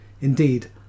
Indeed